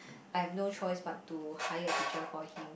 I have no choice but to hire a teacher for him